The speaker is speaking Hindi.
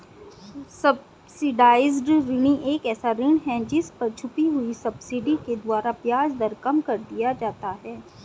सब्सिडाइज्ड ऋण एक ऐसा ऋण है जिस पर छुपी हुई सब्सिडी के द्वारा ब्याज दर कम कर दिया जाता है